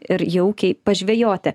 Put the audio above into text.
ir jaukiai pažvejoti